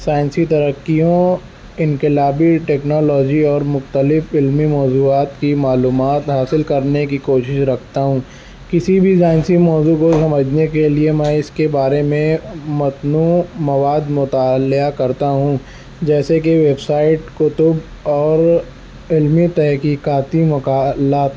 سائنسی ترقیوں انقلابی ٹیکنالوجی اور مختلف علمی موضوعات کی معلوموت حاصل کرنے کی کوشش رکھتا ہوں کسی بھی سائنسی موضوع کو سمجھنے کے لیے میں اس کے بارے میں متنی مواد مطالعہ کرتا ہوں جیسے کہ ویب سائٹ کتب اور علمی تحقیقاتی مقالات